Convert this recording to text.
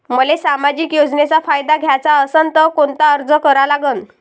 मले सामाजिक योजनेचा फायदा घ्याचा असन त कोनता अर्ज करा लागन?